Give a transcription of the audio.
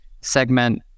segment